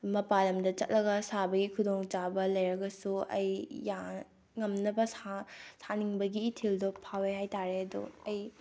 ꯃꯄꯥꯜ ꯂꯝꯗ ꯆꯠꯂꯒ ꯁꯥꯕꯒꯤ ꯈꯨꯗꯣꯡꯆꯥꯕ ꯂꯩꯔꯒꯁꯨ ꯑꯩ ꯉꯝꯅꯕ ꯁꯥꯅꯤꯡꯕꯒꯤ ꯏꯊꯤꯜꯗꯣ ꯐꯥꯎꯏ ꯍꯥꯏ ꯇꯥꯔꯦ ꯑꯗꯣ ꯑꯩ